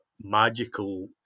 magical